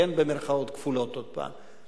במירכאות כפולות עוד פעם.